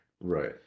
right